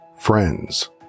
friends